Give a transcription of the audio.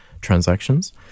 transactions